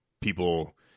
people